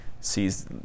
sees